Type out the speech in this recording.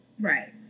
Right